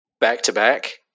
back-to-back